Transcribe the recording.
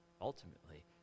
Ultimately